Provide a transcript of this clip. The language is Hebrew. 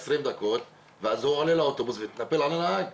20 דקות ואז הוא עולה לאוטובוס ומתנפל על הנהג.